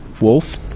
Wolf